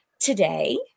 Today